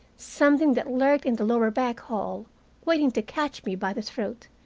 something that lurked in the lower back hall waiting to catch me by the throat,